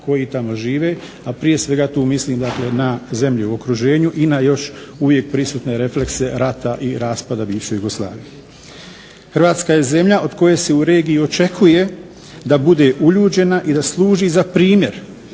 koji tamo žive, a prije svega tu mislim na zemlje u okruženju i na još uvijek prisutne reflekse rata i raspada bivše Jugoslavije. Hrvatska je zemlja od koje se u regiji očekuje da bude uljuđena i da služi sa primjer,